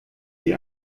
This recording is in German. die